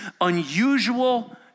unusual